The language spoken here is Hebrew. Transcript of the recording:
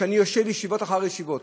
ואני יושב ישיבות אחרי ישיבות,